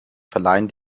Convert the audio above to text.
verleihen